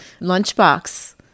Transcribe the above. lunchbox